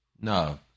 No